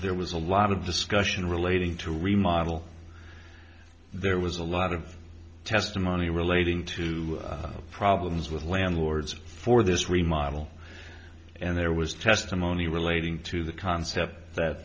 there was a lot of discussion relating to remodel there was a lot of testimony relating to problems with landlords for this remodel and there was testimony relating to the concept that